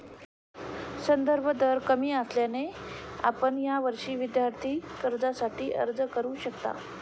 संदर्भ दर कमी असल्याने आपण यावर्षी विद्यार्थी कर्जासाठी अर्ज करू शकता